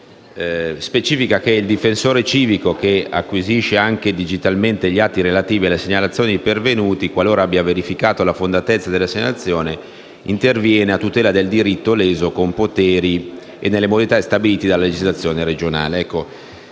al comma 3 specifica che «Il Difensore civico acquisisce, anche digitalmente, gli atti relativi alla segnalazione pervenuta e, qualora abbia verificato la fondatezza della segnalazione, interviene a tutela del diritto leso con poteri e modalità stabilite dalla legislazione regionale».